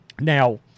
Now